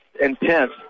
intense